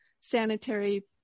sanitary